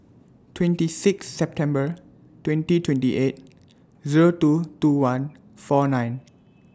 twenty six September twenty twenty eight Zero two two one four nine